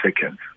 seconds